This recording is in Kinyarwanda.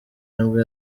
nibwo